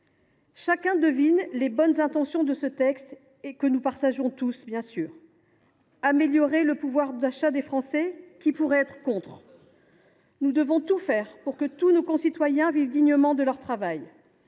Chacun devine les bonnes intentions derrière ce texte. Nous les partageons tous, bien sûr ! Ah ! Améliorer le pouvoir d’achat des Français, qui pourrait être contre ? Nous devons tout faire pour que l’ensemble de nos concitoyens vivent dignement de leur travail.